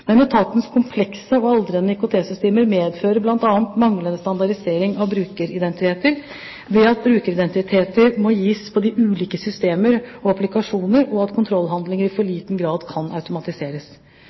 Men etatens komplekse og aldrende IKT-systemer medfører bl.a. manglende standardisering og brukeridentiteter, ved at brukeridentiteter må gis på de ulike systemer og applikasjoner, og at kontrollhandlinger i for